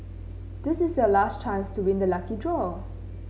this is your last chance to win the lucky draw